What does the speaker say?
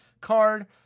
card